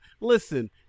Listen